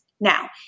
Now